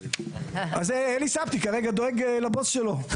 אז אלי סבטי כרגע דואג לבוס שלו.